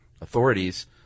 authorities